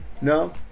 No